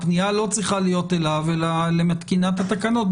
הפנייה לא צריכה להיות אליו אלא למתקינת התקנות,